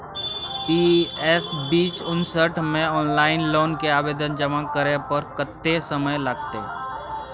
PS बीच उनसठ म ऑनलाइन लोन के आवेदन जमा करै पर कत्ते समय लगतै?